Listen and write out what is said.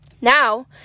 Now